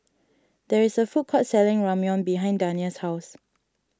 there is a food court selling Ramyeon behind Dania's house